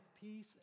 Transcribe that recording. peace